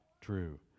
true